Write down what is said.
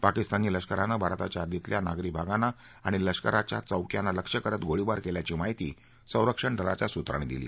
पाकिस्तानी लष्करानं भारताच्या हद्दीतल्या नागरी भागांना आणि लष्कराच्या चौक्यांना लक्ष्य करत गोळीबार केल्याची माहिती संरक्षण दलाच्या सूत्रांनी दिली